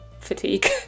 fatigue